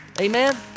Amen